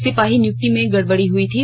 सिपाही नियुक्ति में गड़बड़ी हुई थी